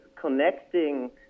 connecting